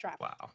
Wow